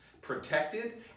protected